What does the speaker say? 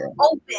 open